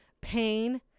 pain